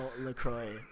LaCroix